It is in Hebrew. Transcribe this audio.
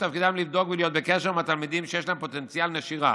שתפקידם לדאוג ולהיות בקשר עם התלמידים שיש להם פוטנציאל נשירה,